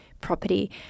property